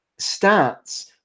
stats